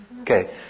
Okay